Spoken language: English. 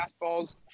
fastballs